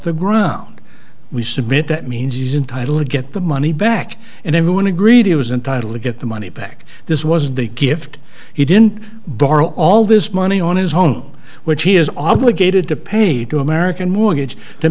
the ground we submit that means entitle to get the money back and everyone agreed it was entitled to get the money back this was the gift he didn't borrow all this money on his own which he is obligated to pay to american mortgage t